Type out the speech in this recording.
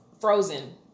frozen